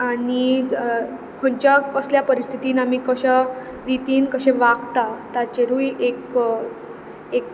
आनी खंयच्या कसल्या परिस्थितीन आमी कश्या रितीन कशे वागता ताचेरूय एक एक